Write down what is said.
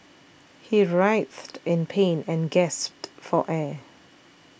he writhed in pain and gasped for air